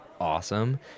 awesome